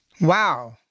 Wow